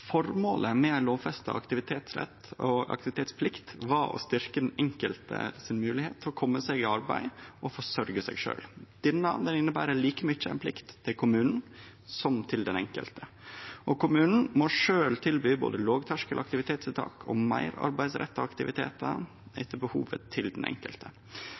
Formålet med en lovfestet aktivitetsplikt var å styrke den enkeltes mulighet for å komme i arbeid eller tilbake til arbeid og bli selvforsørget. Dette innebærer like mye en plikt for kommunen som for den enkelte. Kommunen skal tilby både et lavterskel aktivitetstiltak og mer arbeidsrettede aktiviteter etter behovet til den enkelte.